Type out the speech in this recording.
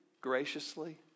graciously